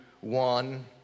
one